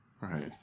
right